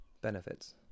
benefits